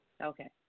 Okay